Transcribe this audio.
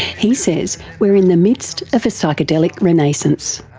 he says we're in the midst of a psychedelic renaissance.